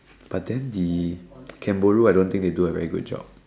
but then the kangaroo I don't think they did a really good job